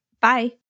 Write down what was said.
Bye